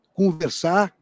conversar